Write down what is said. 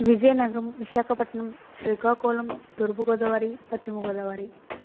విజయనగరం విశాఖపట్నం శ్రీకాకుళం తూర్పు గోదావరి పశ్చిమ గోదావరి